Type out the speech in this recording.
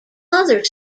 other